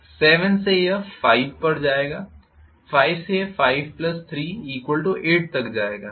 7 से यह 5 पर वापस जाएगा 5 से यह 538 तक जाएगा